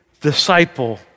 disciple